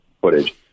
footage